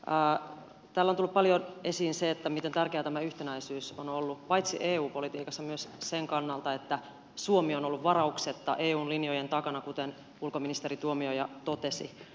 täällä on tullut paljon esiin se miten tärkeää tämä yhtenäisyys on ollut paitsi eu politiikassa myös sen kannalta että suomi on ollut varauksetta eun linjojen takana kuten ulkoministeri tuomioja totesi